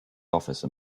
office